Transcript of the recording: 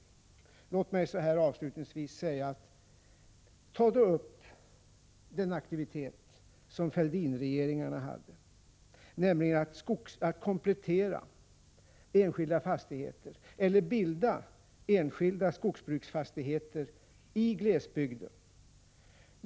Låt mig avslutningsvis säga: Ta då upp den aktivitet som Fälldinregeringarna bedrev, nämligen att komplettera enskilda fastigheter eller bilda enskilda skogsbruksfastigheter i glesbygd.